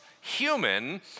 human